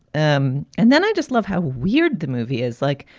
um and then i just love how weird the movie is like.